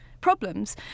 problems